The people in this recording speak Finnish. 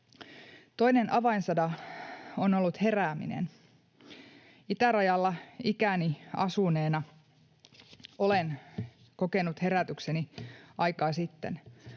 Toinen avainsana on ollut herääminen. Itärajalla ikäni asuneena olen kokenut herätykseni aikaa sitten.